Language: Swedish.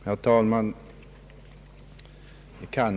Herr talman!